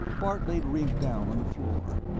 bart laid ringg down on the floor,